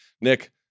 Nick